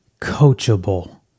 coachable